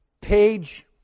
page